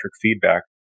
feedback